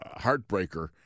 heartbreaker